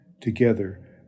Together